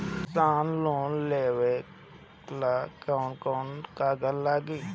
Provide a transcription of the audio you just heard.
किसान लोन लेबे ला कौन कौन कागज लागि?